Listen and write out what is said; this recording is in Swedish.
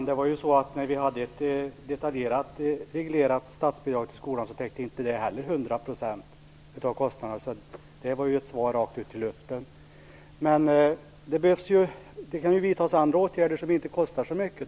Herr talman! När vi hade ett detaljerat reglerat statsbidrag till skolan täckte det inte heller kostnaderna till hundra procent. Det var ett svar rakt ut i luften. Det kan vidtas andra åtgärder som inte kostar så mycket.